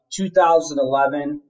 2011